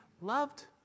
loved